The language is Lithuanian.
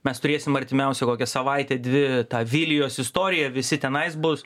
mes turėsim artimiausią kokią savaitę dvi tą vilijos istoriją visi tenais bus